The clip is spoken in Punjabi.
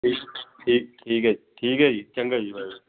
ਠੀ ਠੀ ਠੀਕ ਹੈ ਜੀ ਠੀਕ ਹੈ ਜੀ ਚੰਗਾ ਜੀ ਵਾਹਿਗੁਰੂ